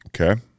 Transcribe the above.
Okay